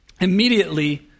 Immediately